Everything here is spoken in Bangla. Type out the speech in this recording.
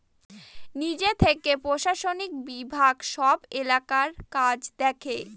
নিজে থেকে প্রশাসনিক বিভাগ সব এলাকার কাজ দেখে